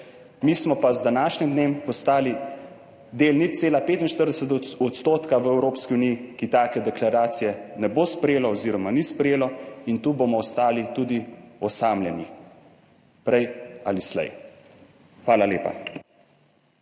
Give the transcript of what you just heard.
Mi smo pa z današnjim dnem postali del 0,45 % v Evropski uniji, ki take deklaracije ne bo sprejelo oziroma ni sprejelo in tu bomo ostali tudi osamljeni prej ali slej. Hvala lepa.